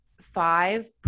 five